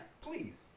Please